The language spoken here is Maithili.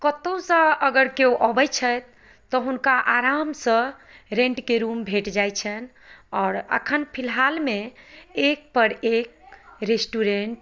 कतौसँ अगर केओ अबै छथि तऽ हुनका आरामसँ रेन्टके रूम भेट जाइ छनि आओर एखन फिलहालमे एकपर एक रेस्टुरेन्ट